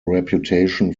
reputation